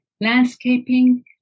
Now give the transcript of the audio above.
landscaping